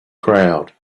crowd